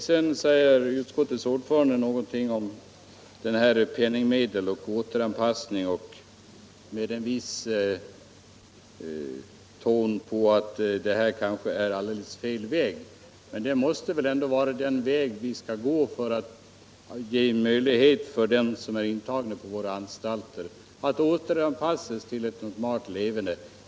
Sedan säger utskottets ordförande något om penningmedel och återanpassningen med ett visst tonfall att det här kanske är alldeles fel väg. Men detta måste väl vara den väg vi skall gå för att ge möjlighet åt dem som är intagna på våra anstalter att återanpassa sig till ett normalt leverne.